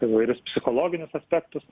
įvairius psichologinius aspektus